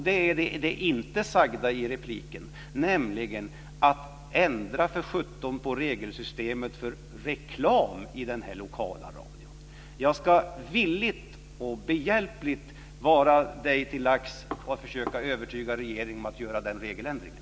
Det är det inte sagda i repliken: Ändra för sjutton på regelsystemet för reklam i den lokala radion! Jag ska villigt vara Ingvar Svensson behjälplig med att övertyga regeringen att göra den regeländringen.